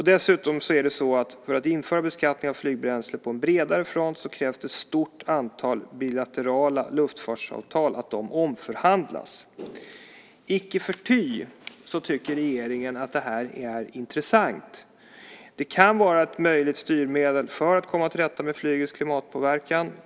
Dessutom krävs det för att införa beskattning av flygbränsle på en bredare front att ett stort antal bilaterala luftfartsavtal omförhandlas. Icke förty tycker regeringen att detta är intressant. Det kan vara ett möjligt styrmedel för att komma till rätta med flygets klimatpåverkan.